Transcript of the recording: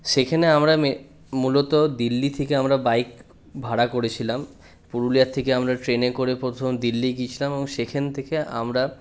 সেখানে আমরা মে মূলত দিল্লি থেকে আমরা বাইক ভাড়া করেছিলাম পুরুলিয়ার থেকে আমরা ট্রেনে করে প্রথম দিল্লি গিয়েছিলাম এবং সেখান থেকে আমরা